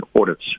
audits